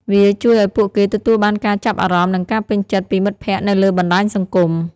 វាជួយឱ្យពួកគេទទួលបានការចាប់អារម្មណ៍និងការពេញចិត្តពីមិត្តភក្តិនៅលើបណ្ដាញសង្គម។